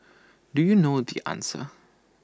do you know the answer